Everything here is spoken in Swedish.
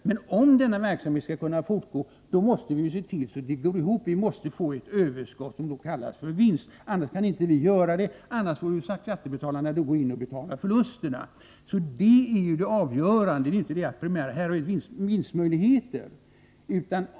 Men om denna verksamhet skall kunna fortgå måste vi se till att den går ihop, vi måste få ett överskott, som då kallas för vinst — annars kan inte vi bedriva verksamheten; då får skattebetalarna gå in och betala förlusterna. Det primära är inte att här finns vinstmöjligheter.